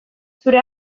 zure